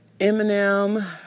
Eminem